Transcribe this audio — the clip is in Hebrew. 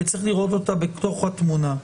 כי צריך לראות אותה בתוך התמונה.